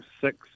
six